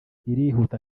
irihuta